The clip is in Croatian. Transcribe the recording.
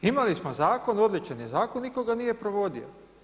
Imali smo zakon odličan je zakon, nikoga nije provodio.